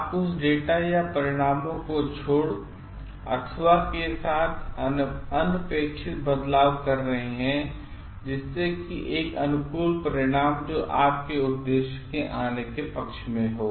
आप कुछ डेटा या परिणामों को छोड़ जिससे कि एकअनुकूलपरिणाम जोआपके उद्देश्य केआने केपक्ष में हो